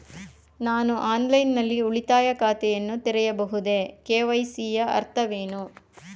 ನಾನು ಆನ್ಲೈನ್ ನಲ್ಲಿ ಉಳಿತಾಯ ಖಾತೆಯನ್ನು ತೆರೆಯಬಹುದೇ? ಕೆ.ವೈ.ಸಿ ಯ ಅರ್ಥವೇನು?